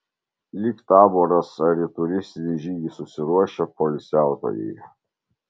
lyg taboras ar į turistinį žygį susiruošę poilsiautojai